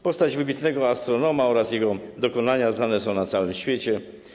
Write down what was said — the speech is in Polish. Postać wybitnego astronoma oraz jego dokonania znane są na całym świecie.